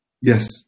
Yes